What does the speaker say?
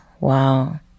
wow